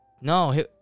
no